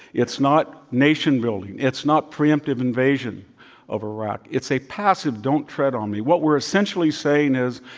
it's not nation building. it's not preemptive invasion of iraq. it's a passive, don't tread on me. what we're essentially saying is,